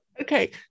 Okay